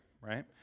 right